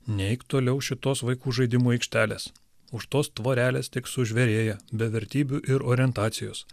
neik toliau šitos vaikų žaidimų aikštelės už tos tvorelės tiek sužvėrėja be vertybių ir orientacijos